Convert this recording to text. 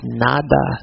nada